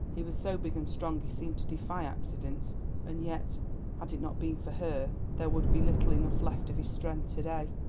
he was so big and strong he seemed to defy accidents and yet had it not been for her there would be little enough left of his strength to-day.